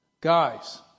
Guys